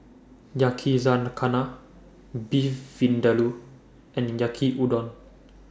Yakizakana Beef Vindaloo and Yaki Udon